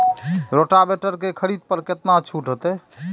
Rotavator के खरीद पर केतना छूट होते?